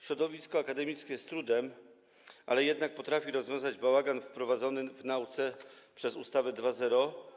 Środowisko akademickie z trudem, ale jednak potrafi rozwiązać bałagan wprowadzony w nauce przez ustawę 2.0.